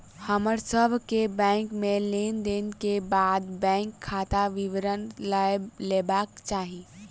हमर सभ के बैंक में लेन देन के बाद बैंक खाता विवरण लय लेबाक चाही